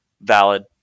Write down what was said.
valid